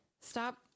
stop